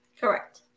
Correct